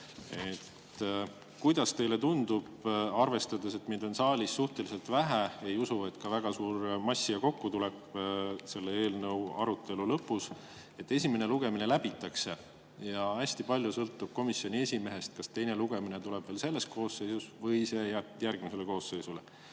Kuidas teile tundub, arvestades, et meid on saalis suhteliselt vähe – ei usu, et väga suur mass siia kokku tuleb selle eelnõu arutelu lõpus –, kas esimene lugemine läbitakse? Ja hästi palju sõltub komisjoni esimehest, kas teine lugemine tuleb veel selles koosseisus või see jääb järgmisele koosseisule.